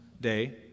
day